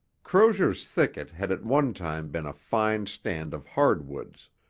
crozier's thicket had at one time been a fine stand of hardwoods.